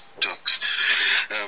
ducks